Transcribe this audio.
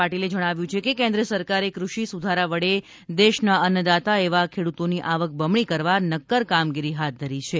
પાટિલે જણાવ્યું છે કે કેન્દ્ર સરકારે કૃષિ સુધારા વડે દેશના અન્નદાતા એવા ખેડૂતોની આવક બમણી કરવા નક્કર કામગીરી હાથ ધરી છે